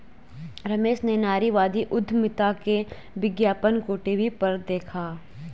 रमेश ने नारीवादी उधमिता के विज्ञापन को टीवी पर देखा